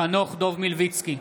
נגד חנוך דב מלביצקי,